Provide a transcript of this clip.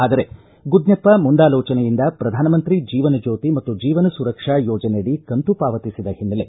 ಆದರೆ ಗುದ್ವೆಪ್ಪ ಮುಂದಾಲೋಚನೆಯಿಂದ ಪ್ರಧಾನಮಂತ್ರಿ ಜೀವನ ಜ್ಯೋತಿ ಮತ್ತು ಜೀವನ ಸುರಕ್ಷಾ ಯೋಜನೆ ಅಡಿ ಕಂತು ಪಾವತಿಸಿದ ಹಿನ್ನೆಲೆ